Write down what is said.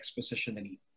expositionally